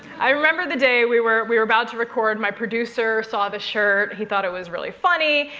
i remember the day we were we were about to record, my producer saw the shirt, he thought it was really funny,